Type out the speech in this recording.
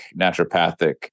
naturopathic